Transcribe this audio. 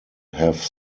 have